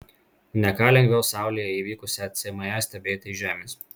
ne ką lengviau saulėje įvykusią cme stebėti iš žemės